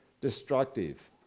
destructive